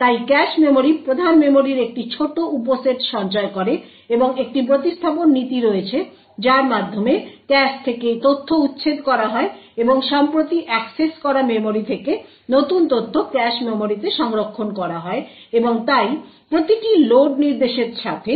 তাই cache memory প্রধান মেমরির একটি ছোট উপসেট সঞ্চয় করে এবং একটি প্রতিস্থাপন নীতি রয়েছে যার মাধ্যমে ক্যাশ থেকে তথ্য উচ্ছেদ করা হয় এবং সম্প্রতি অ্যাক্সেস করা মেমরি থেকে নতুন তথ্য ক্যাশ মেমরিতে সংরক্ষণ করা হয় এবং তাই প্রতিটি লোড নির্দেশের সাথে